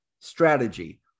strategy